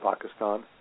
Pakistan